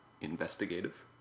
investigative